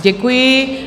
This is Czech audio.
Děkuji.